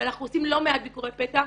אבל אנחנו עושים לא מעט ביקורי פתע,